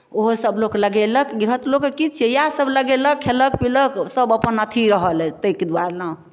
ओहोसभ लोक लगेलक गिरहत लोकके की छियै इएहसभ लगेलक खयलक पीलक सभ अपन अथी रहल ताहिके दुआरे ने